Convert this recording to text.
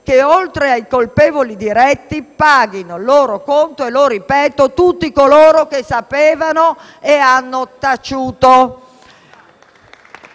che, oltre ai colpevoli diretti, paghino il conto - e lo ripeto - tutti coloro che sapevano e che hanno taciuto.